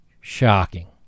Shocking